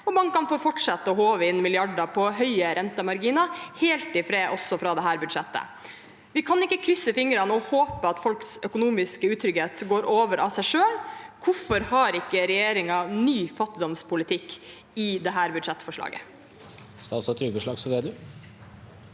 så bankene får fortsette å håve inn milliarder på høye rentemarginer helt i fred også for dette budsjettet. Vi kan ikke krysse fingrene og håpe at folks økonomiske utrygghet går over av seg selv. Hvorfor har ikke regjeringen ny fattigdomspolitikk i dette budsjettforslaget? Statsråd Trygve Slagsvold Vedum